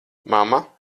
mamma